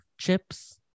chips